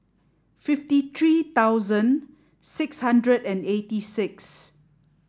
fifty three thousand six hundred and eighty six